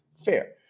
fair